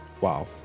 Wow